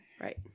right